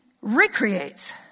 recreates